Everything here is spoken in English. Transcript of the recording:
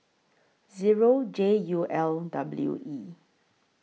Zero J U L W E